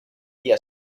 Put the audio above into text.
día